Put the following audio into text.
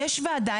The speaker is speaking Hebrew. יש ועדה,